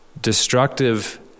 destructive